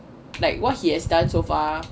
like what he has done so far